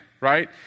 right